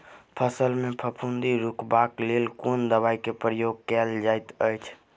फसल मे फफूंदी रुकबाक लेल कुन दवाई केँ प्रयोग कैल जाइत अछि?